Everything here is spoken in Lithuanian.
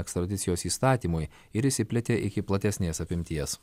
ekstradicijos įstatymui ir išsiplėtė iki platesnės apimties